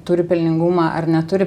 turi pelningumą ar neturi